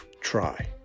Try